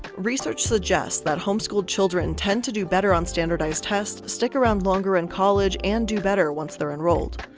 research suggests that homeschooled children tend to do better on standardized tests, stick around longer in college, and do better once they're enrolled.